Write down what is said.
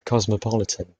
cosmopolitan